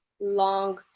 long